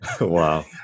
Wow